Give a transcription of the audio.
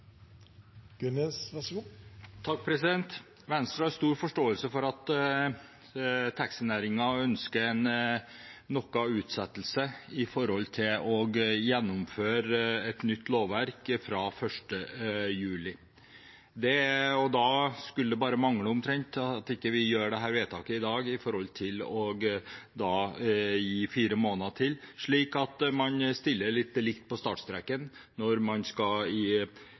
Venstre har stor forståelse for at taxinæringen ønsker noe utsettelse for å gjennomføre et nytt lovverk fra 1. juli. Da skulle det bare mangle at vi ikke gjør dette vedtaket i dag med å gi fire måneder til, slik at man stiller litt likt på startstreken når man skal i